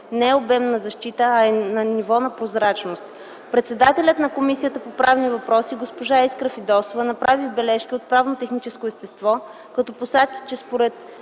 е обем на защита, а е ниво на прозрачност. Председателят на Комисията по правни въпроси госпожа Искра Фидосова направи бележки от правно-техническо естество, като посочи, че според